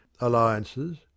Alliances